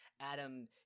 Adam